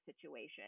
situation